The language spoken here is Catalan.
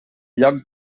lloc